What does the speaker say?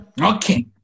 Okay